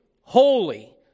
holy